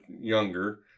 younger